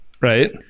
right